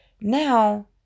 Now